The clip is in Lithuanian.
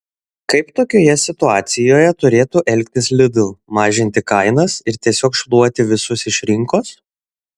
kaip tokioje situacijoje turėtų elgtis lidl mažinti kainas ir tiesiog šluoti visus iš rinkos